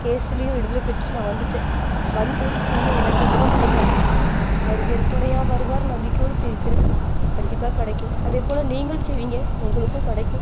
கேஸுலேயும் விடுதலை பெற்று நான் வந்துட்டேன் வந்தும் இன்னும் எனக்கு விட மாட்டுக்காங்க அவர் எனக்கு துணையா வருவாருன்னு நம்பிக்கையோடய ஜெபிக்கிறேன் கண்டிப்பாக கிடைக்கும் அதே போல் நீங்களும் ஜெபிங்க உங்களுக்கும் கிடைக்கும்